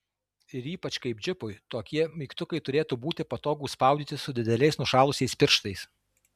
ir ypač kaip džipui tokie mygtukai turėtų būti patogūs spaudyti su dideliais nušalusiais pirštais